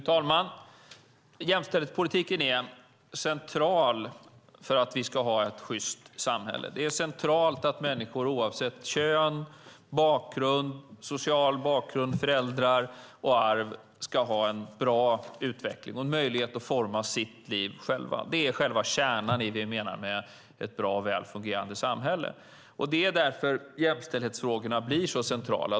Fru talman! Jämställdhetspolitiken är central för att vi ska ha ett sjyst samhälle. Det är centralt att människor oavsett kön, social bakgrund, föräldrar och arv har en bra utveckling och får möjlighet att själva forma sina liv. Det är kärnan i det vi menar med ett bra och väl fungerande samhälle. Därför blir jämställdhetsfrågorna centrala.